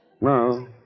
No